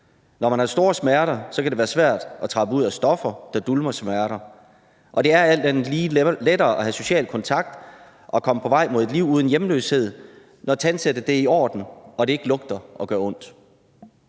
Når man har store smerter, kan det være svært at trappe ud af stoffer, der dulmer smerter, og det er alt andet lige lettere at have social kontakt og komme på vej mod et liv uden hjemløshed, når tandsættet er i orden og ikke lugter og gør ondt.